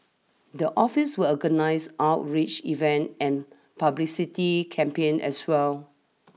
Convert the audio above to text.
the office will organise outreach events and publicity campaigns as well